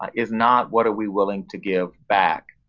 ah is not what are we willing to give back,